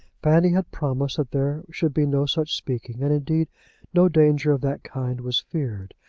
fanny had promised that there should be no such speaking, and indeed no danger of that kind was feared.